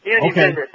Okay